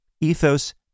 ethos